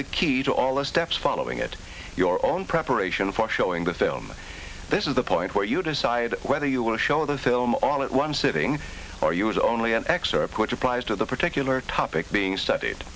the key to all the steps following it your own preparation for showing the film this is the point where you decide whether you will show the film all at one sitting or use only an excerpt which applies to the particular topic being studied